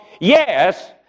yes